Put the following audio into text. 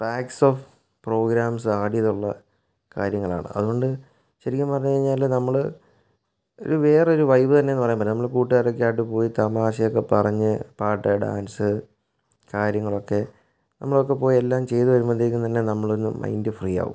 pax of programs add ചെയ്തുള്ള കാര്യങ്ങളാണ് അതുകൊണ്ട് ശരിക്കും പറഞ്ഞുകഴിഞ്ഞാൽ നമ്മൾ ഒരു വേറൊരു വൈബ് തന്നെയാന്ന് പറയാൻ പറ്റും നമ്മൾ കൂട്ടുകാരൊക്കെയായിട്ട് പോയി തമാശയൊക്കെ പറഞ്ഞു പാട്ട് ഡാൻസ് കാര്യങ്ങളൊക്കെ നമ്മളൊക്കെ പോയി എല്ലാം ചെയ്തുവരുമ്പോഴത്തേക്കും തന്നെ നമ്മളൊന്ന് മൈൻഡ് ഫ്രീ ആകും